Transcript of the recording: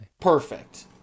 Perfect